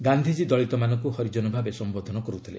ଗାନ୍ଧିଜୀ ଦଳିତମାନଙ୍କୁ ହରିଜନ ଭାବେ ସମ୍ବୋଧନ କରୁଥିଲେ